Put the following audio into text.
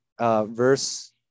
verse